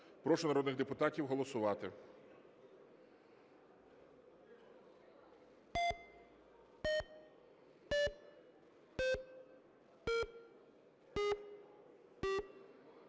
Прошу народних депутатів голосувати.